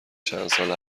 چندسال